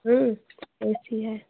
ए C है